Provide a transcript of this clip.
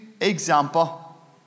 example